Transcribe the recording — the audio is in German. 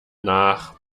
nach